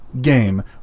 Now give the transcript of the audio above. game